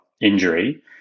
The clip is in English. injury